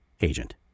agent